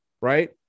right